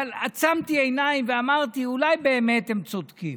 אבל עצמתי עיניים ואמרתי: אולי באמת הם צודקים.